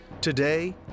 Today